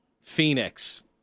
Phoenix